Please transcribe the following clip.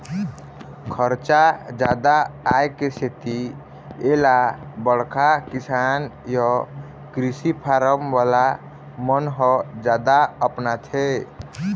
खरचा जादा आए के सेती एला बड़का किसान य कृषि फारम वाला मन ह जादा अपनाथे